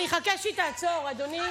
אני אחכה שהיא תעצור, אדוני.